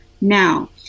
now